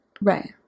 Right